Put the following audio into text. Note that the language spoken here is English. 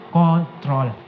control